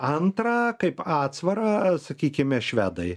antrą kaip atsvarą sakykime švedai